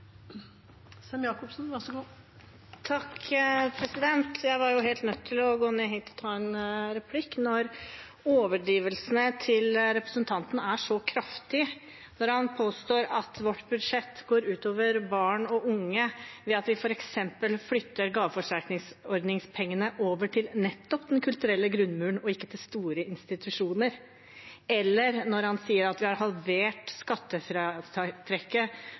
overdrivelsene til representanten var så kraftige. Han påstår at vårt budsjett går ut over barn og unge. Men vi flytter f.eks. gaveforsterkningsordningspengene over til nettopp den kulturelle grunnmuren og ikke til store institusjoner. Når han sier av vi har halvert